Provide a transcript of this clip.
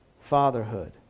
fatherhood